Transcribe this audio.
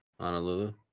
Honolulu